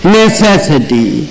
necessity